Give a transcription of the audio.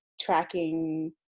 tracking